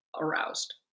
aroused